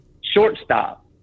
shortstop